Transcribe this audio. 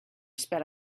sped